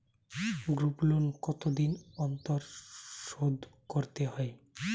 Group loan কতদিন অন্তর শোধকরতে হয়?